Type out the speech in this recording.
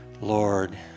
Lord